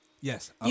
yes